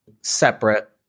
separate